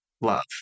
love